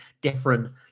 different